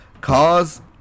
cause